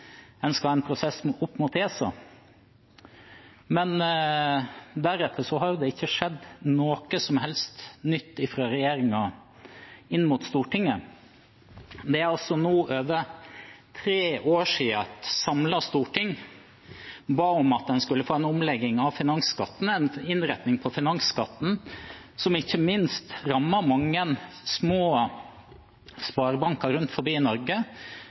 en prosess opp mot ESA. Men etter det har det ikke skjedd noe som helst nytt fra regjeringen inn mot Stortinget. Det er altså nå over tre år siden et samlet storting ba om at man skulle få en omlegging av en innretning på finansskatten som ikke minst rammer mange små sparebanker rundt omkring i Norge